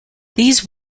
these